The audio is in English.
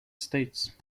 states